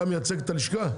אתה מייצג את הלשכה?